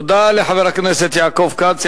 תודה לחבר הכנסת יעקב כץ.